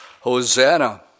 Hosanna